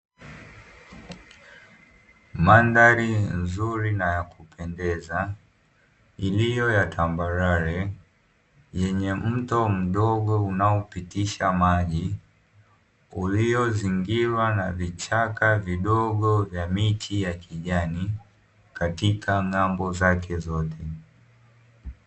Mandhari nzuri na ya kupendeza iliyo ya tambarare, yenye mto mdogo unaopitisha maji uliyozingirwa na vichaka vidogo vya miti ya kijani, katika ng'ambo zake zote.